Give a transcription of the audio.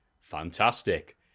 fantastic